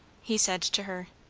he said to her.